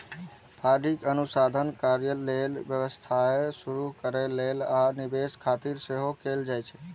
funding अनुसंधान कार्य लेल, व्यवसाय शुरू करै लेल, आ निवेश खातिर सेहो कैल जाइ छै